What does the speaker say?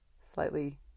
Slightly